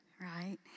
right